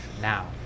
now